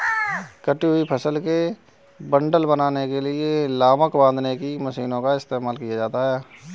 कटी हुई फसलों के बंडल बनाने के लिए लावक बांधने की मशीनों का इस्तेमाल किया जाता है